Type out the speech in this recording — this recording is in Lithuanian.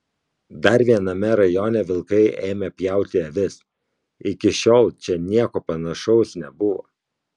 dar viename rajone vilkai ėmė pjauti avis iki šiol čia nieko panašaus nebuvo